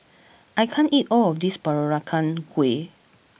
I can't eat all of this Peranakan Kueh